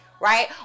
Right